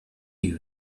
you